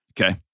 Okay